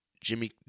Jimmy